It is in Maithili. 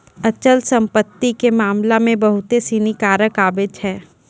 अचल संपत्ति के मामला मे बहुते सिनी कारक आबै छै